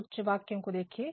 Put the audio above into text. कुछ वाक्यों को देखिए